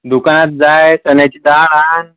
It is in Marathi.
दुकानात जा चण्याची डाळ आण